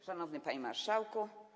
Szanowny Panie Marszałku!